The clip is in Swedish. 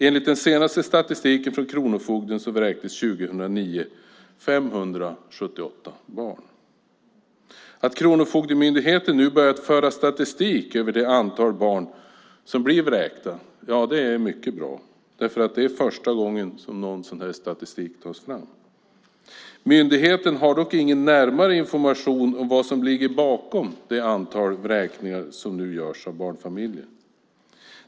Enligt senaste statistiken från kronofogden vräktes 578 barn 2009. Att Kronofogdemyndigheten nu har börjat föra statistik över det antal barn som blir vräkta är mycket bra. Det är första gången som sådan statistik tas fram. Myndigheten har dock ingen närmare information om vad som ligger bakom det antal vräkningar som nu görs av barnfamiljer.